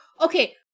okay